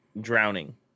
drowning